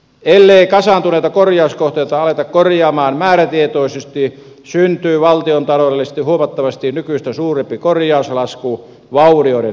ellei kasaantuneita korjauskohteita aleta korjata määrätietoisesti syntyy valtiontaloudellisesti huomattavasti nykyistä suurempi korjauslasku vaurioiden edetessä